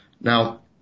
Now